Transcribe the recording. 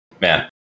Man